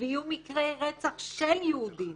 ויהיו מקרי רצח של יהודים